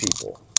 people